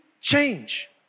change